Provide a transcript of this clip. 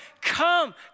Come